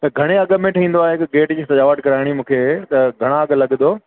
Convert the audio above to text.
त घणे अघ में ठहंदो आहे गेट जी सजावट करिणी मूंखे त घणा अघु लॻंदो